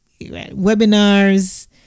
webinars